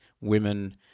women